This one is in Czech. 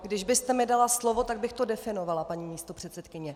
Kdybyste mi dala slovo, tak bych to definovala, paní místopředsedkyně.